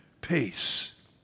peace